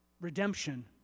redemption